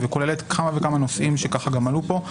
וכללת כמה וכמה נושאים שגם עלו פה,